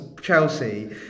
Chelsea